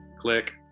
Click